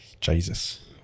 Jesus